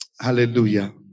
Hallelujah